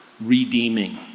redeeming